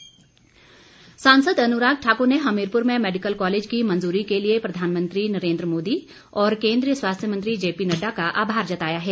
अनुराग सांसद अनुराग ठाकुर ने हमीरपुर में मैडिकल कॉलेज की मंजूरी के लिए प्रधानमंत्री नरेन्द्र मोदी और केंद्रीय स्वास्थ्य मंत्री जेपीनड्डा का आभार जताया है